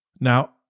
now